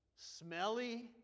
smelly